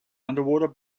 underwater